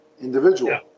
individual